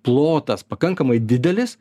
plotas pakankamai didelis